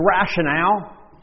rationale